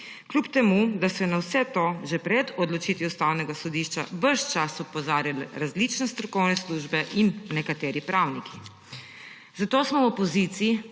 ni, čeprav so jo na vse to že pred odločitvijo Ustavnega sodišča ves čas opozarjale različne strokovne službe in nekateri pravniki. Zato smo v opoziciji